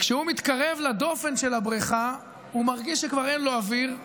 וכשהוא מתקרב לדופן של הבריכה הוא מרגיש שכבר אין לו אוויר,